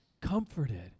comforted